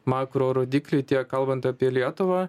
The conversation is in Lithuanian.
makro rodikliai tiek kalbant apie lietuvą